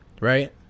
right